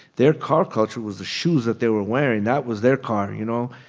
their car culture was the shoes that they were wearing. that was their car, you know.